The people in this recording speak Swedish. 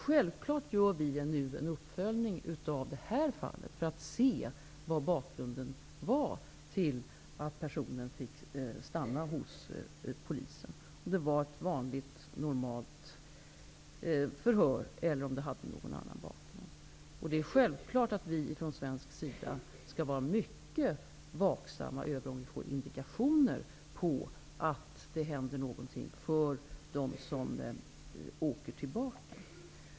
Självfallet gör regeringen nu en uppföljning av detta fall för att se vad bakgrunden var till att personen fick stanna hos polisen, om det var ett vanligt normalt förhör eller om det hade någon annan bakgrund. Självfallet skall vi från svensk sida vara mycket vaksamma när det gäller indikationer på att det händer någonting med dem som åker tillbaka.